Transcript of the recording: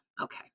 Okay